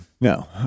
No